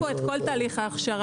יש פה את כל תהליך ההכשרה.